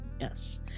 yes